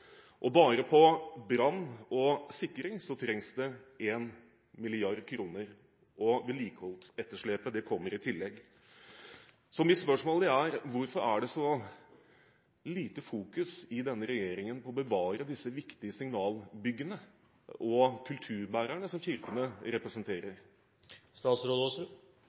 Bare innen brann og sikring trengs det 1 mrd. kr. Vedlikeholdsetterslepet kommer i tillegg. Mitt spørsmål er: Hvorfor fokuserer denne regjeringen så lite på å bevare de viktige signalbyggene og kulturbærerne som kirkene